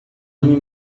ame